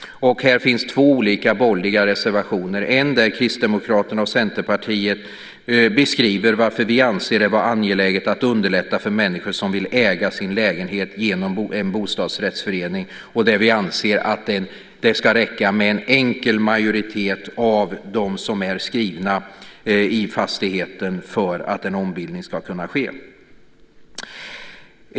Här finns två olika borgerliga reservationer. Det finns en motion där Kristdemokraterna och Centerpartiet beskriver varför vi anser det vara angeläget att underlätta för människor som vill äga sin lägenhet genom en bostadsrättsförening. Vi anser att det ska räcka med en enkel majoritet av dem som är skrivna i fastigheten för att en ombildning ska kunna ske.